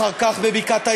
אחר כך בבקעת-הירדן,